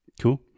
Cool